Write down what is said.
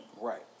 Right